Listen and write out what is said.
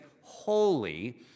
holy